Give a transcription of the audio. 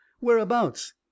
Whereabouts